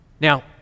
Now